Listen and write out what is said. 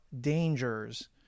dangers